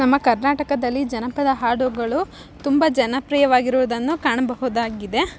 ನಮ್ಮ ಕರ್ನಾಟಕದಲ್ಲಿ ಜನಪದ ಹಾಡುಗಳು ತುಂಬ ಜನಪ್ರಿಯವಾಗಿರುವುದನ್ನು ಕಾಣಬಹುದಾಗಿದೆ